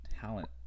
talent